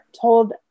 told